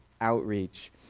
outreach